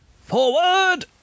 Forward